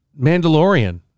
Mandalorian